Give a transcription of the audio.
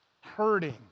hurting